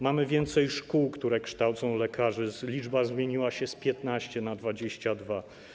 Mamy więcej szkół, które kształcą lekarzy, liczba zmieniła się z 15 na 22.